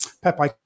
Pepe